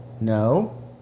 No